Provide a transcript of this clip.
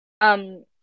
Um-